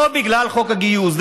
לא בגלל חוק הגיוס.